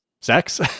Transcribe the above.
sex